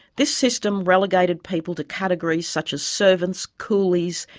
this system relegated people to categories such as servants, coolies,